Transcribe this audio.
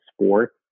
sports